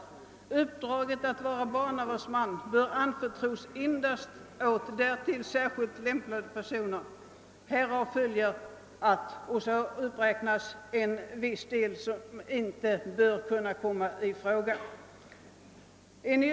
Uppdraget att vara barnavårdsman bör anförtros endast åt därtill särskilt lämpade personer. Härav följer, atty — och så uppräknas vissa som inte bör komma i fråga.